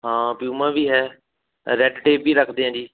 ਹਾਂ ਪਿਊਮਾ ਵੀ ਹੈ ਰੈਡ ਟੇਪ ਵੀ ਰੱਖਦੇ ਹਾਂ ਜੀ